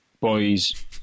Boys